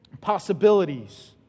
possibilities